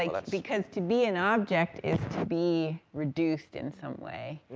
that's because to be an object is to be reduced in some way,